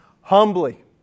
Humbly